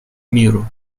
миру